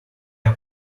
are